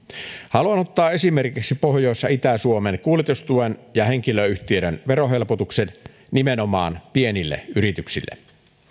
haluan ottaa esimerkiksi pohjois ja itä suomen kuljetustuen ja henkilöyhtiöiden verohelpotukset nimenomaan pienille yrityksille